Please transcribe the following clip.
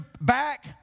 back